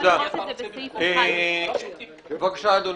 בבקשה אדוני.